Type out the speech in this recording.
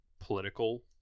political